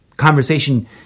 conversation